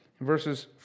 Verses